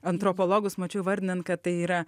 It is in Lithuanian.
antropologus mačiau įvardinant kad tai yra